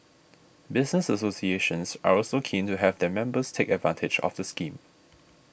business associations are also keen to have their members take advantage of the scheme